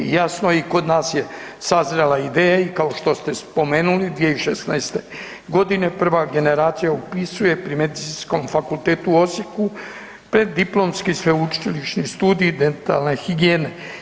Jasno i kod nas je sazrela ideja i kao što ste spomenuli 2016. godine prva generacija upisuje pri Medicinskom fakultetu u Osijeku preddiplomski sveučilišni studij dentalne higijene.